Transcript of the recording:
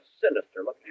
sinister-looking